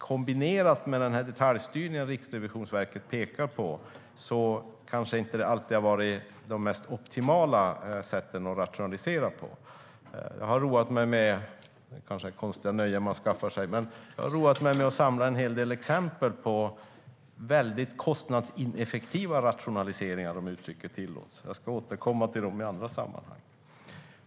Kombinerat med den detaljstyrning som Riksrevisionen pekar på tror jag däremot att man kanske inte alltid har rationaliserat på det mest optimala sättet. Det kanske är ett konstigt nöje jag skaffat mig, men jag har roat mig med att samla en hel del exempel på rationaliseringar som varit väldigt kostnadsineffektiva, om uttrycket tillåts. Jag ska återkomma till dem i andra sammanhang.